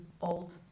old